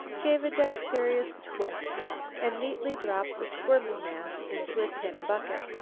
gave a dexterous twist and neatly dropped the squirming mass into a tin bucket.